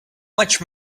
much